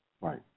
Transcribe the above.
right